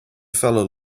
fellow